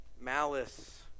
malice